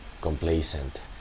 complacent